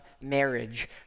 marriage